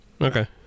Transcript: Okay